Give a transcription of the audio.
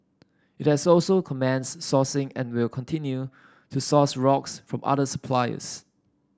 it has also commenced sourcing and will continue to source rocks from other suppliers